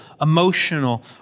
emotional